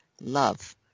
love